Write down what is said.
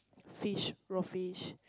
fish raw fish